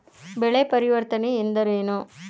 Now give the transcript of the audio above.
ಬೆಳೆ ಪರಿವರ್ತನೆ ಎಂದರೇನು?